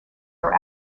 are